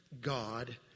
God